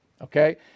okay